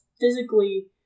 physically